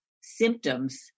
symptoms